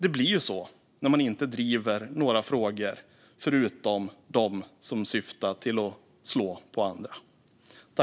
Det blir ju så när man inte driver några frågor förutom dem som syftar till att slå på andra.